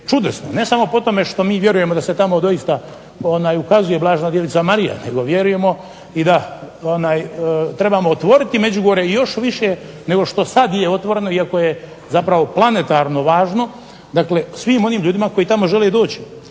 čudesno, ne samo po tome što mi vjerujemo da se tamo doista ukazuje Blažena Djevica Marija, nego vjerujemo i da trebamo otvoriti Međugorje i još više nego što sad je otvoreno, iako je zapravo planetarno važno, dakle svim onim ljudima koji tamo žele doći.